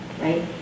right